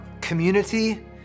community